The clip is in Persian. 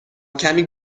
کمی